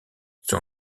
son